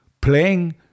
playing